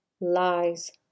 lies